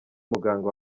muganga